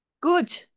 good